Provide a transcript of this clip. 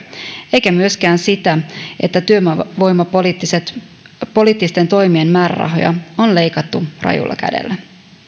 eikä myöskään sitä että työvoimapoliittisten toimien määrärahoja on leikattu rajulla kädellä